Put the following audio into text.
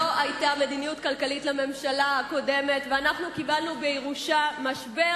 לא היתה מדיניות כלכלית לממשלה הקודמת ואנחנו קיבלנו בירושה משבר